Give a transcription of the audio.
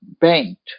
banked